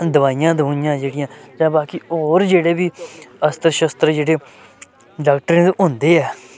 दोआइयां दवुइयां जेह्ड़ियां जां बाकी होर जेह्ड़े बी अस्त्र शस्त्र जेह्ड़े डाक्टरें दे होंदे ऐ